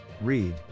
Read